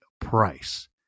price